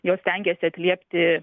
jos stengiasi atliepti